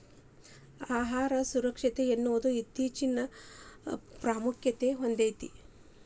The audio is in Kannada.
ಆಹಾರ ಸುರಕ್ಷತೆಯನ್ನುದು ಇತ್ತೇಚಿನಬಾಳ ಪ್ರಾಮುಖ್ಯತೆ ಹೊಂದೈತಿ